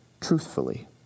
truthfully